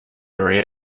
area